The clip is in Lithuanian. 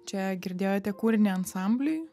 čia girdėjote kūrinį ansambliui